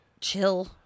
chill